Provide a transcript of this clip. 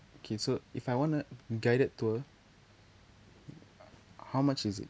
okay so if I want a guided tour h~ how much is it